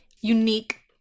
unique